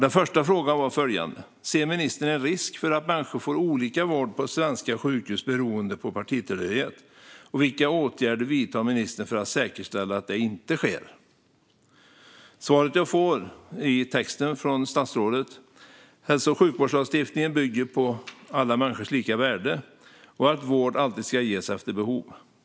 Den första frågan var om ministern ser en risk för att människor får olika vård på svenska sjukhus beroende på partitillhörighet och vilka åtgärder ministern vidtar för att säkerställa att det inte sker. Svaret jag får från statsrådet är följande: "Hälso och sjukvårdslagstiftningen bygger på alla människors lika värde och att vård alltid ska ges efter behov.